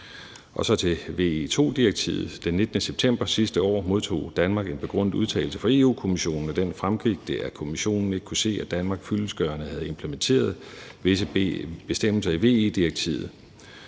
Og så til VE II-direktivet. Den 19. september sidste år modtog Danmark en begrundet udtalelse fra Europa-Kommissionen, og af den fremgik det, at Kommissionen ikke kunne se, at Danmark fyldestgørende havde implementeret visse bestemmelser i VE-direktivet.